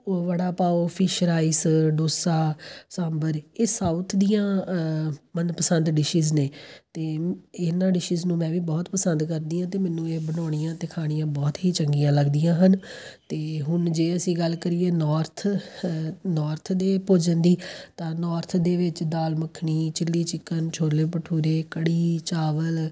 ਉਹ vada pav fish rice dosa sambar ਇਹ south ਦੀਆਂ ਮਨਪਸੰਦ ਡਿਸੀਜ਼ ਨੇ ਅਤੇ ਇਹਨਾਂ ਡਿਸੀਜ਼ ਨੂੰ ਮੈਂ ਵੀ ਬਹੁਤ ਪਸੰਦ ਕਰਦੀ ਹਾਂ ਅਤੇ ਮੈਨੂੰ ਇਹ ਬਣਾਉਣੀਆ ਅਤੇ ਖਾਣੀਆਂ ਬਹੁਤ ਹੀ ਚੰਗੀਆਂ ਲੱਗਦੀਆਂ ਹਨ ਅਤੇ ਹੁਣ ਜੇ ਅਸੀਂ ਗੱਲ ਕਰੀਏ ਨੌਰਥ ਨੌਰਥ ਦੇ ਭੋਜਨ ਦੀ ਤਾਂ ਨੌਰਥ ਦੇ ਵਿੱਚ ਦਾਲ ਮੱਖਣੀ ਚਿੱਲੀ ਚਿਕਨ ਛੋਲੇ ਭਟੂਰੇ ਕੜ੍ਹੀ ਚਾਵਲ